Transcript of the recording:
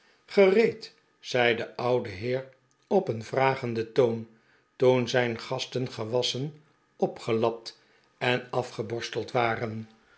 gereed zei de oude heer op een vragenden toon toen zijn gasten gewasschen opgelapt en afgeborsteld waren